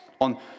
on